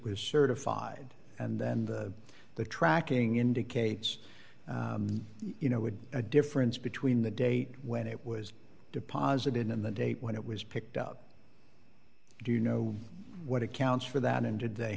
was certified and then the the tracking indicates you know would a difference between the date when it was deposited in the date when it was picked up do you know what accounts for that and did they